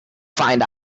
find